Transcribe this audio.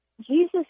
Jesus